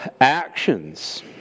actions